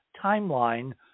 timeline